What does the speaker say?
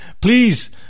Please